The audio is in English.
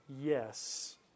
Yes